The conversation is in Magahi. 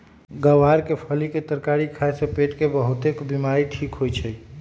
ग्वार के फली के तरकारी खाए से पेट के बहुतेक बीमारी ठीक होई छई